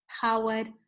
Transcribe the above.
powered